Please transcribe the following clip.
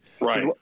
right